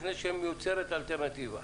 לפני שמיוצרת אלטרנטיבה.